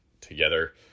together